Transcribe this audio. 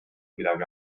midagi